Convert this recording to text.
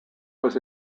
was